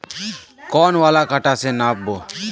कौन वाला कटा से नाप बो?